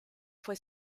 fue